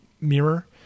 mirror